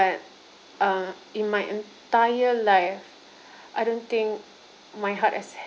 uh in my entire life I don't think my heart has ev~